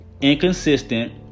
inconsistent